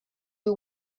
you